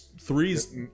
threes